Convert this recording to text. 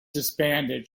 disbanded